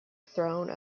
throne